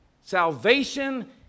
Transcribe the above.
salvation